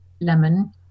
lemon